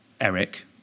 Eric